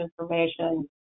information